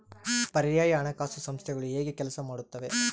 ಪರ್ಯಾಯ ಹಣಕಾಸು ಸಂಸ್ಥೆಗಳು ಹೇಗೆ ಕೆಲಸ ಮಾಡುತ್ತವೆ?